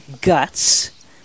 guts